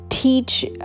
Teach